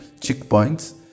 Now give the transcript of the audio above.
checkpoints